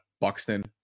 Buxton